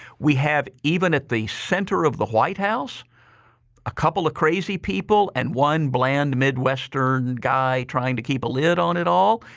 we have even at the center of the white house a couple of crazy people and one bland midwestern guy trying to keep a lid on it all.